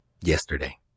Yesterday